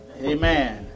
Amen